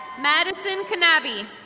madison kinavi.